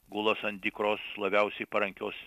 gulas ant tikros labiausiai parankios